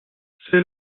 c’est